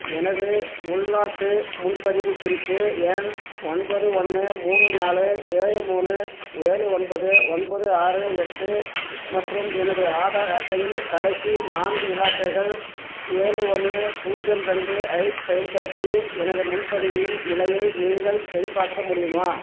எனது உள்நாட்டு முன்பதிவுக் குறிப்பு எண் ஒன்பது ஒன்று மூணு நாலு ஏழு மூணு ஏழு ஒன்பது ஒன்பது ஆறு எட்டு மற்றும் எனது ஆதார் அட்டையின் கடைசி நான்கு இலாக்குகள் ஏழு ஒன்று பூஜ்யம் ரெண்டு ஐப் பயன்படுத்தி எனது முன்பதிவின் நிலையை நீங்கள் சரிப்பார்க்க முடியுமா